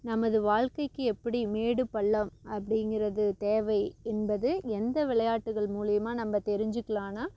நமது வாழ்க்கைக்கு எப்படி மேடு பள்ளம் அப்படிங்கிறது தேவை என்பது எந்த விளையாட்டுகள் மூலியமாக நம்ப தெரிஞ்சிக்கலாம்னா